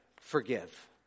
forgive